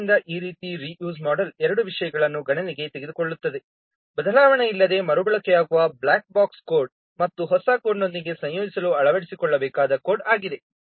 ಆದ್ದರಿಂದ ಈ reuse model ಎರಡು ವಿಷಯಗಳನ್ನು ಗಣನೆಗೆ ತೆಗೆದುಕೊಳ್ಳುತ್ತದೆ ಬದಲಾವಣೆಯಿಲ್ಲದೆ ಮರುಬಳಕೆಯಾಗುವ ಬ್ಲಾಕ್-ಬಾಕ್ಸ್ ಕೋಡ್ ಮತ್ತು ಹೊಸ ಕೋಡ್ನೊಂದಿಗೆ ಸಂಯೋಜಿಸಲು ಅಳವಡಿಸಿಕೊಳ್ಳಬೇಕಾದ ಕೋಡ್ ಆಗಿದೆ